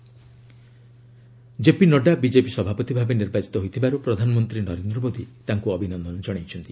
PM ନଡ୍ଗା JP Nadda BJP ସଭାପତି ଭାବେ ନିର୍ବାଚିତ ହୋଇଥିବାର୍ ପ୍ରଧାନମନ୍ତ୍ରୀ ନରେନ୍ଦ୍ର ମୋଦୀ ତାଙ୍କୁ ଅଭିନନ୍ଦନ କଣାଇଛନ୍ତି